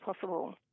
possible